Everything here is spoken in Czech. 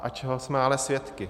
Čeho jsme ale svědky?